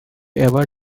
ever